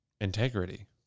integrity